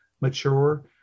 mature